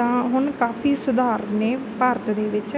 ਤਾਂ ਹੁਣ ਕਾਫ਼ੀ ਸੁਧਾਰ ਨੇ ਭਾਰਤ ਦੇ ਵਿੱਚ